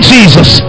Jesus